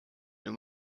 and